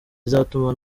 zizatuma